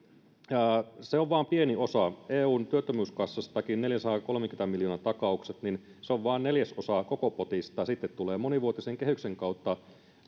se on vain pieni osa eun työttömyyskassastakin neljänsadankolmenkymmenen miljoonan takaukset on vain neljäsosa koko potista sitten tulevat monivuotisen kehyksen kautta